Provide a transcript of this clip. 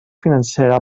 financera